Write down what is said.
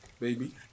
Baby